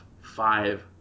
five